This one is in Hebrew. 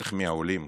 ובטח מעולים.